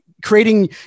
Creating